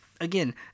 again